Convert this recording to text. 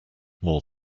more